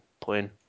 playing